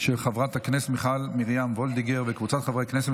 של חברת הכנסת מיכל מרים וולדיגר וקבוצת חברי הכנסת,